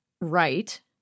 right